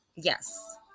yes